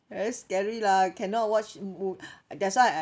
very scary lah cannot watch m~ mo~ that's why I